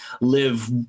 live